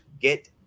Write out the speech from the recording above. get